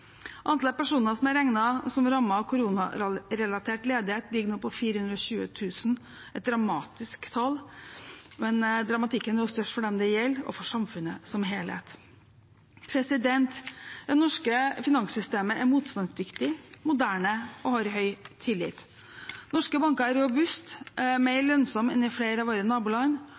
personer som er regnet som rammet av koronarelatert ledighet, ligger nå på 420 000. Det er et dramatisk tall, men dramatikken er jo størst for dem det gjelder, og for samfunnet som helhet. Det norske finanssystemet er motstandsdyktig, moderne og har høy tillit. Norske banker er robuste, mer lønnsomme enn i flere av våre naboland